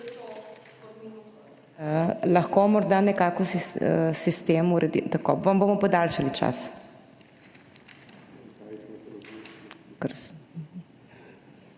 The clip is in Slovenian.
Lahko morda nekako sistem to uredi? Vam bomo podaljšali čas.